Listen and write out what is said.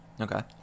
okay